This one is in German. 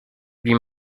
wie